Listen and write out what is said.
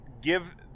give